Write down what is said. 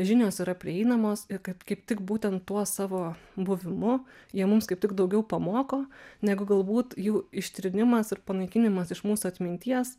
žinios yra prieinamos ir kad kaip tik būtent tuo savo buvimu jie mums kaip tik daugiau pamoko negu galbūt jų ištrynimas ir panaikinimas iš mūsų atminties